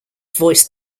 voiced